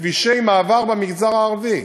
לכבישי מעבר במגזר הערבי,